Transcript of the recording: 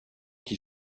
qui